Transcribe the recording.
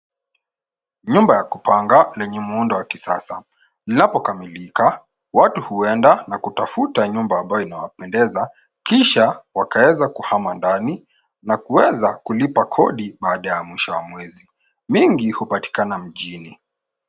Nyumba ya kupanga lenye muundo wa kisasa linapokamilika watu huenda na kutafuta nyumba ambayo inawapendeza kisha wakaweza kuhama ndani na kuweza kulipa kodi baada ya mwisho wa mwezi. Mingi hupatikana mjini.